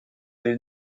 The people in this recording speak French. les